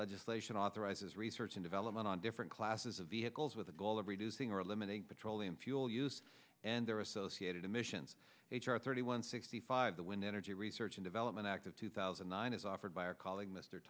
legislation authorizes research and development on different classes of vehicles with the goal of reducing or eliminate petroleum fuel use and their associated emissions h r thirty one sixty five the wind energy research and development act of two thousand and nine is offered by our colleague m